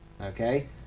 Okay